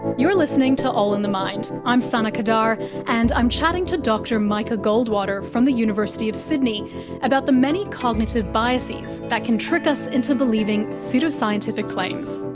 you're listening to all in the mind, i'm sana qadar and i'm chatting to dr micah goldwater from the university of sydney about the many cognitive biases that can trick us into believing pseudoscientific claims.